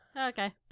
Okay